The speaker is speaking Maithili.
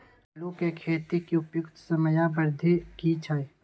आलू के फसल के उपयुक्त समयावधि की छै?